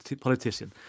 politician